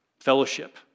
Fellowship